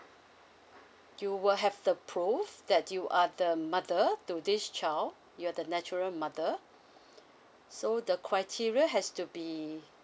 you will have the proof that you are the mother to this child you are the natural mother so the criteria has to be